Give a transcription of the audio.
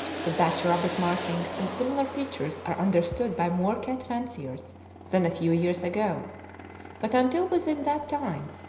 the dutch rabbit markings, and similar features are understood by more cat fanciers than a few years ago but, until within that time,